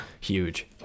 huge